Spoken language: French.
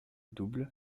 double